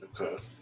Okay